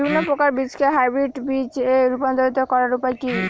বিভিন্ন প্রকার বীজকে হাইব্রিড বীজ এ রূপান্তরিত করার উপায় কি?